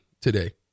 today